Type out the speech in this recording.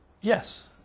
Yes